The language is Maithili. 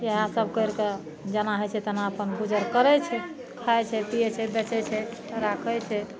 इहए सब करिके जेना होइ छै तेना अपन गुजर करै छै खाइ छै पीयै छै बेचै छै राखै छै